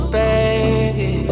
baby